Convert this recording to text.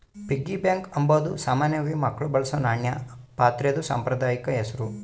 piggy bank ಅಂಬಾದು ಸಾಮಾನ್ಯವಾಗಿ ಮಕ್ಳು ಬಳಸೋ ನಾಣ್ಯ ಪಾತ್ರೆದು ಸಾಂಪ್ರದಾಯಿಕ ಹೆಸುರು